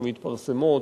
המתפרסמות,